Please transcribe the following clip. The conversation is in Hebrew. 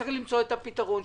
וצריך למצוא את הפתרון.